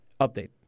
Update